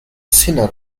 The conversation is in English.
sinner